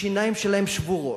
השיניים שלהם שבורות,